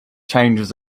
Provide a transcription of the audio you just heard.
changes